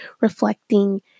reflecting